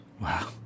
Wow